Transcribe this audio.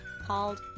called